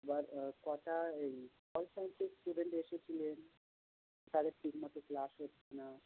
এবার কটা এই ক্লাস ফাইভের স্টুডেন্ট এসেছিলেন তাদের ঠিক মতো ক্লাস হচ্ছে না